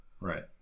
Right